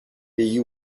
pays